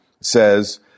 says